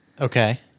Okay